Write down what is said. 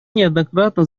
неоднократно